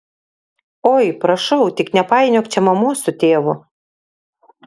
oi prašau tik nepainiok čia mamos su tėvu